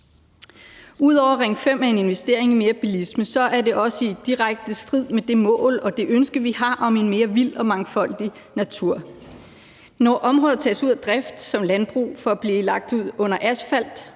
Udover at Ring 5 er en investering i mere bilisme, er det også i direkte strid med det mål og det ønske, vi har, om en mere vild og mangfoldig natur. Når områder tages ud af drift som f.eks. landbrug for at blive lagt under asfalt,